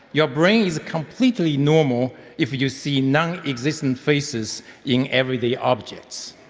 your brain is completely normal if you see non-existent faces in everyday objects.